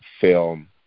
film